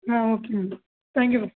okay ma'am thank you ma'am